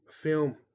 film